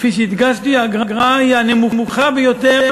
כפי שהדגשתי, האגרה היא הנמוכה ביותר,